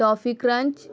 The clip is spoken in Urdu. کافی کرنچ